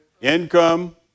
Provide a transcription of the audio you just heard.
Income